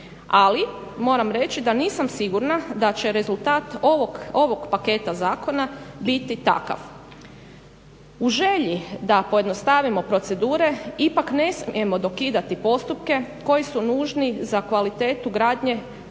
Ali moram reći da nisam sigurna da će rezultat ovog paketa zakona biti takav. U želji da pojednostavimo procedure ipak ne smijemo dokidati postupke koji su nužni za kvalitetu gradnje poput